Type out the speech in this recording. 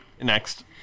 Next